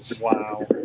wow